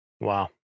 Wow